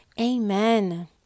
Amen